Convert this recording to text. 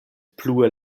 plue